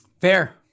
Fair